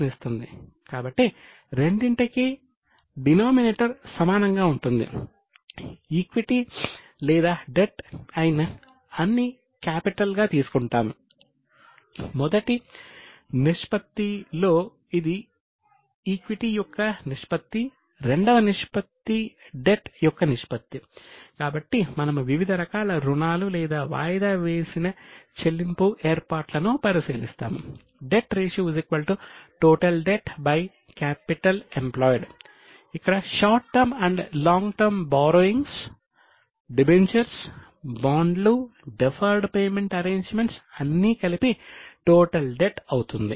total debt debt ratio capital employed ఇక్కడ short and long term borrowings అవుతుంది